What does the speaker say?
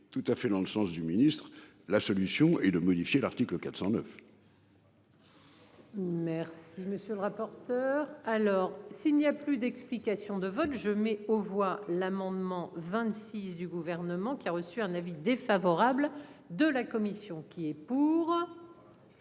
tout à fait dans le sens du ministre. La solution est de modifier l'article 409. Merci monsieur le rapporteur. Alors s'il n'y a plus d'explications de vote, je mets aux voix l'amendement 26 du gouvernement qui a reçu un avis défavorable de la commission. Qui est pour.